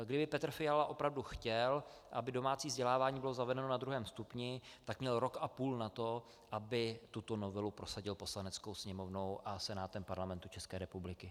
Kdyby Petr Fiala opravdu chtěl, aby domácí vzdělávání bylo zavedeno na druhém stupni, tak měl rok a půl na to, aby tuto novelu prosadil Poslaneckou sněmovnou a Senátem Parlamentu České republiky.